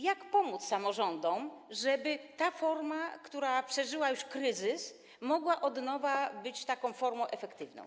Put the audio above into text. Jak pomóc samorządom, żeby ta forma, która przeżyła już kryzys, mogła od nowa być taką formą efektywną?